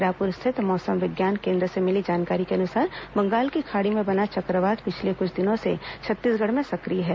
रायपुर स्थित मौसम विज्ञान केन्द्र से मिली जानकारी के अनुसार बंगाल की खाड़ी में बना चक्रवात पिछले कुछ दिनों से छत्तीसगढ़ में सक्रिय है